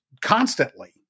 constantly